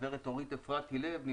גברת אורית אפרתי לב.